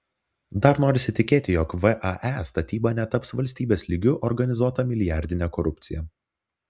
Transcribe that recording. dar norisi tikėti jog vae statyba netaps valstybės lygiu organizuota milijardine korupcija